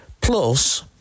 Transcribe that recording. Plus